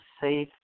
safe